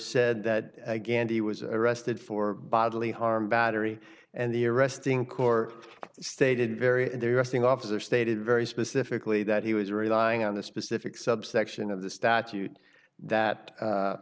said that again he was arrested for bodily harm battery and the arresting corps stated very they're arresting officer stated very specifically that he was relying on the specific subsection of the statute that